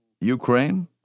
Ukraine